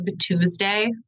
Tuesday